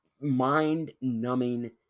mind-numbing